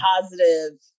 positive